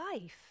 life